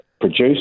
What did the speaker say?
produced